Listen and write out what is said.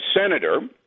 senator